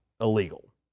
illegal